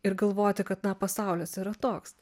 ir galvoti kad na pasaulis yra toks